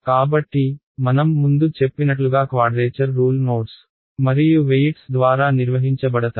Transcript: కాబట్టి మనం ముందు చెప్పినట్లుగా క్వాడ్రేచర్ రూల్ నోడ్స్ మరియు వెయిట్స్ ద్వారా నిర్వహించబడతాయి